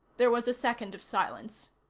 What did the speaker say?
there was a second of silence.